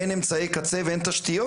אין אמצעי קצה ואין תשתיות.